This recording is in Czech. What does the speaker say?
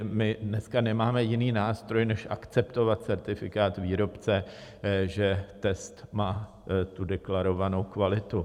My dneska nemáme jiný nástroj než akceptovat certifikát výrobce, že test má deklarovanou kvalitu.